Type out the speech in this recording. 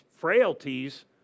frailties